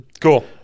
Cool